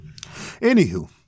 Anywho